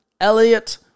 elliot